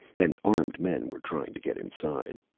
and armed men were trying to get inside.